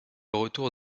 retour